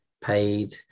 paid